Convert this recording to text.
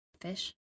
Fish